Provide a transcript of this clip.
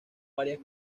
varias